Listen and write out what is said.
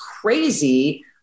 crazy